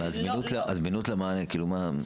-- הזמינות למענה.